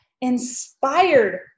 inspired